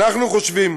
אנחנו חושבים